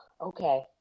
Okay